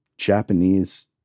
Japanese